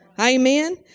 amen